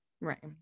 Right